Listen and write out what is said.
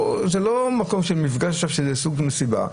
זה לא מקום של מפגש מסוג של מסיבה.